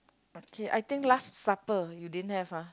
okay I think last supper you didn't have ah